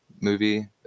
movie